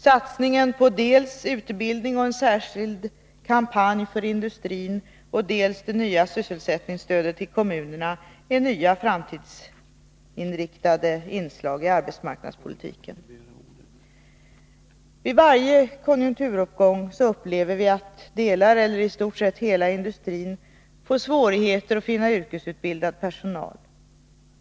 Satsningen på dels utbildning och en särskild kampanj för industrin, dels det nya sysselsättningsstödet till kommunerna är nya, framtidsinriktade inslag i arbetsmarknadspolitiken. Vid varje konjunkturuppgång upplever vi att delar av eller i stort sett hela industrin får svårigheter att finna yrkesutbildad personal.